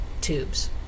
tubes